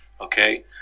Okay